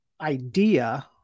idea